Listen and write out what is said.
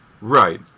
Right